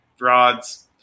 rods